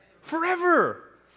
Forever